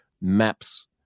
maps